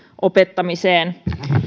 opettamiseen